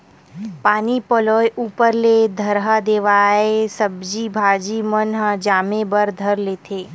पानी पलोय ऊपर ले थरहा देवाय सब्जी भाजी मन ह जामे बर धर लेथे